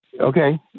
Okay